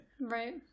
Right